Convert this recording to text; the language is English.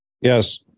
yes